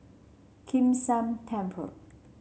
Kim San Temple